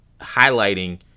highlighting